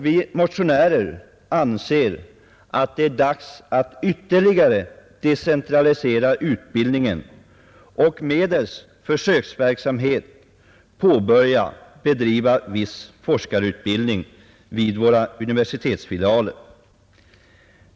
Vi motionärer anser att det är dags att ytterligare decentralisera utbildningen och medelst försöksverksamhet påbörja viss forskarutbildning vid våra universitetsfilialer.